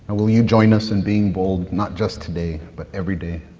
and will you join us in being bold? not just today, but every day?